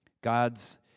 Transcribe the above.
God's